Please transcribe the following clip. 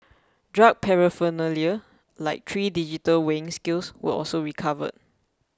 drug paraphernalia like three digital weighing scales were also recovered